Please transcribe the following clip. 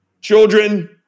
Children